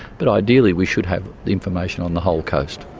but ideally we should have the information on the whole coast.